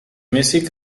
music